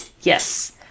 yes